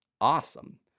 awesome